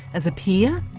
as a peer?